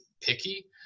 picky